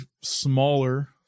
smaller